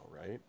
right